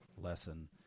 lesson